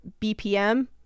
bpm